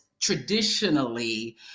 traditionally